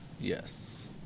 Yes